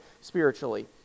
spiritually